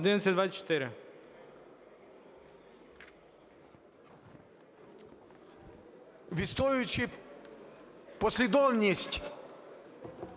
Відстоюючи послідовність